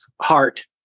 heart